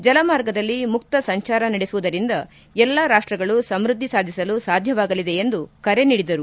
ಜಲಮಾರ್ಗದಲ್ಲಿ ಮುಕ್ತ ಸಂಚಾರ ನಡೆಸುವುದರಿಂದ ಎಲ್ಲ ರಾಷ್ಸಗಳು ಸಮ್ಬದ್ದಿ ಸಾಧಿಸಲು ಸಾಧ್ಯವಾಗಲಿದೆ ಎಂದು ಕರೆ ನೀಡಿದರು